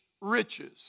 riches